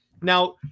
Now